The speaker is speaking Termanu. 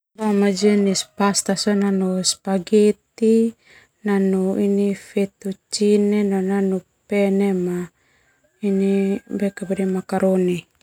Jenis pasta nanu spageti, nanu ini vetucine, boma nanu pene, ini makaroni.